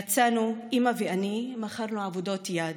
יצאנו, אימא ואני, מכרנו עבודות יד,